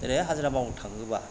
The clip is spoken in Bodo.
जेरैहाय हाजिरा मावनो थाङोबा